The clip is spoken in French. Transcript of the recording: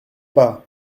pas